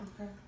Okay